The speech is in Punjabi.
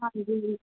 ਹਾਂਜੀ ਜੀ